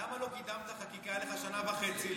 למה לא קידמת חקיקה, היו לך שנה וחצי,